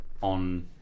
On